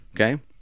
Okay